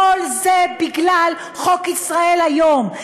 כל זה בגלל חוק "ישראל היום",